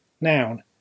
Noun